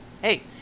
hey